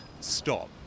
stop